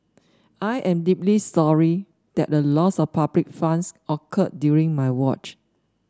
I am deeply sorry that a loss of public funds occurred during my watch